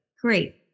Great